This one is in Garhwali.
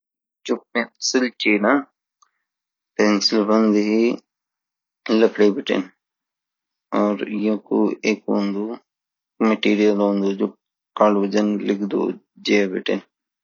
पेंसिल चीन पेंसिल बंदी लकड़ी बीतीं और जो येकु मटेरियल औन्दु जो कालू जान लिख्दु ज बीतीं